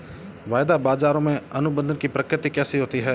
वायदा बाजारों में अनुबंध की प्रकृति कैसी होती है?